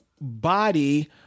body